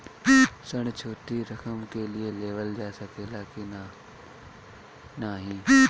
ऋण छोटी रकम के लिए लेवल जा सकेला की नाहीं?